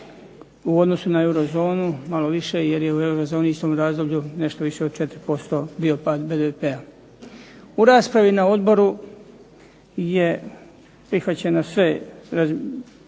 U odnosu na euro zonu malo više jer je u euro zoni u istom razdoblju nešto više od 4% bio pad BDP-a. U raspravi na odboru je prihvaćeno sve, izvješće